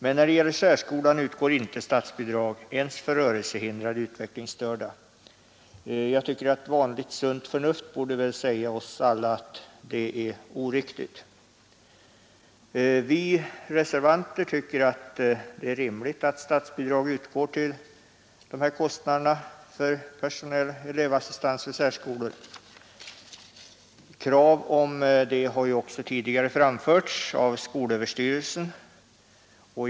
Men när det gäller särskolan utgår inte statsbidrag ens för rörelsehindrade utvecklingsstörda. Jag tycker att vanligt sunt förnuft borde säga oss alla att det är oriktigt. Vi reservanter tycker att det är rimligt att statsbidrag utgår till kostnaderna för personell elevassistans vid särskolor. Krav på detta har också framförts av skolöverstyrelsen.